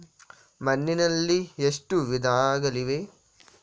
ಮಣ್ಣಿನಲ್ಲಿ ಎಷ್ಟು ವಿಧಗಳಿವೆ?